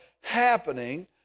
happening